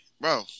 Bro